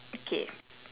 okay